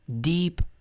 deep